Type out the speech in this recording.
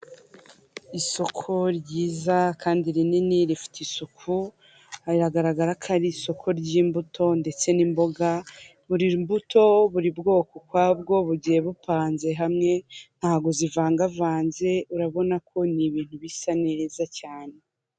Isoko ryiza kandi rinini rifite isuku, haragaragara ko ari isoko ry'imbuto ndetse n'imboga, buri rubuto buri bwoko ukwabwo bugiye bupanze hamwe ntabwo zivangavanze urabona ko ni ibintu bisa neza cyane.